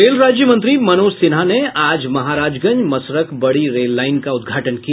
rail राज्य मंत्री मनोज सिन्हा ने आज महाराजगंज मसरख बड़ी रेल लाईन का उदघाटन किया